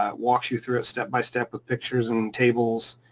um walks you through a step by step of pictures and tables,